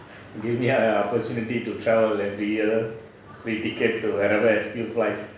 it give me an opportunity to travel every year free ticket to wherever S_Q flies